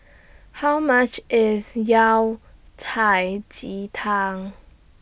How much IS Yao Cai Ji Tang